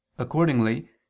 Accordingly